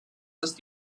ist